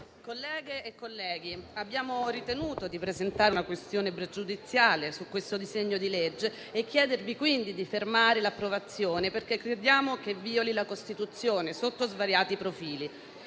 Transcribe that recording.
colleghe e colleghi, abbiamo ritenuto di presentare una questione pregiudiziale su questo disegno di legge e chiedervi quindi di fermarne l'approvazione perché crediamo che violi la Costituzione sotto svariati profili.